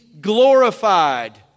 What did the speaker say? glorified